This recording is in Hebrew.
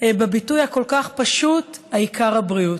בביטוי הכל-כך פשוט: העיקר הבריאות.